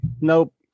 Nope